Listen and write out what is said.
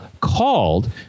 called